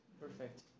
perfect